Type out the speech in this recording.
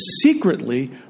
secretly